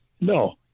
No